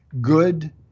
good